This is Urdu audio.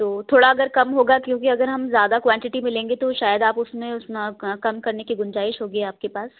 تو تھوڑا اگر کم ہوگا کیوں کہ اگر ہم زیادہ کوانٹٹی میں لیں گے تو شاید آپ اُس میں اُس میں کم کرنے کی گُنجائش ہوگی آپ کے پاس